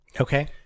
Okay